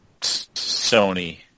Sony